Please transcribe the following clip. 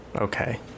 okay